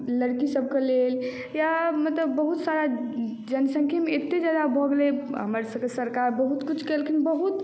लड़कीसभके लेल या मतलब बहुत सारा जनसङ्ख्येमे एतेक ज्यादा भऽ गेलै हमरसभके सरकार बहुत किछु कयलखिन बहुत